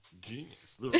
genius